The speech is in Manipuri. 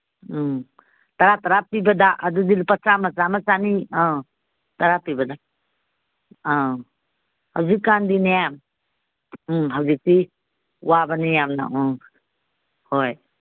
ꯎꯝ ꯇꯔꯥ ꯇꯔꯥ ꯄꯤꯕꯗ ꯑꯗꯨꯗꯤ ꯂꯨꯄꯥ ꯆꯥꯝꯃ ꯆꯥꯝꯃ ꯆꯥꯅꯤ ꯑꯥ ꯇꯔꯥ ꯄꯤꯕꯗ ꯑꯥ ꯍꯧꯖꯤꯛꯀꯥꯟꯗꯤꯅꯦ ꯎꯝ ꯍꯧꯖꯤꯛꯇꯤ ꯋꯥꯕꯅꯤ ꯌꯥꯝꯅ ꯎꯝ ꯍꯣꯏ